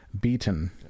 beaten